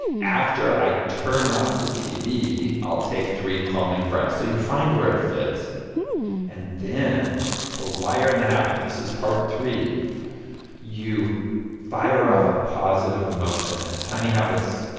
after i turn off the tv, i'll take three calming breaths. so you find where it fits and then to wire in the habit this is part three you fire off a positive emotion. and in tiny habits,